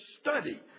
study